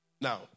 Now